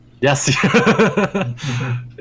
yes